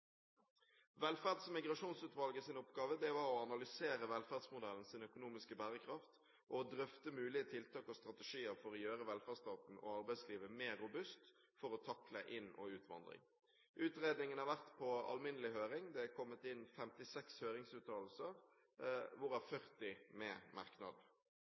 Velferds- og migrasjonsutvalgets oppgave var å analysere velferdsmodellens økonomiske bærekraft og drøfte mulige tiltak og strategier for å gjøre velferdsstaten og arbeidslivet mer robust for å takle inn- og utvandring. Utredningen har vært på alminnelig høring. Det er kommet inn 56 høringsuttalelser, hvorav 40 med merknader.